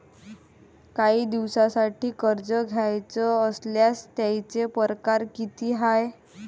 कायी दिसांसाठी कर्ज घ्याचं असल्यास त्यायचे परकार किती हाय?